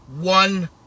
one